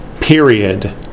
period